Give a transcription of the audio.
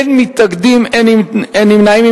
אין מתנגדים, אין נמנעים.